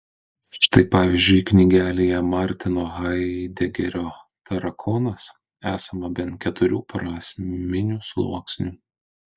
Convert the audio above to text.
štai pavyzdžiui knygelėje martino haidegerio tarakonas esama bent keturių prasminių sluoksnių